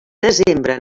desembre